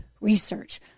research